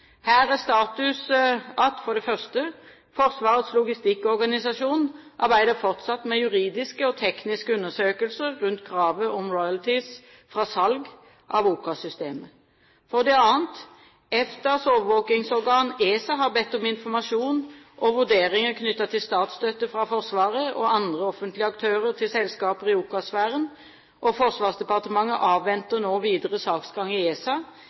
Her er status slik: Forsvarets logistikkorganisasjon arbeider fortsatt med juridiske og tekniske undersøkelser rundt kravet om royalties fra salg av OCAS-systemet. EFTAs overvåkningsorgan, ESA, har bedt om informasjon og vurderinger knyttet til statsstøtte fra Forsvaret og andre offentlige aktører til selskaper i OCAS-sfæren. Forsvarsdepartementet avventer nå videre saksgang i ESA